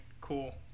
cool